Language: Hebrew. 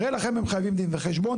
הרי לכם הם חייבים דין וחשבון,